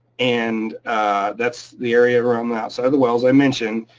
and that's the area around the outside of the well as i mentioned.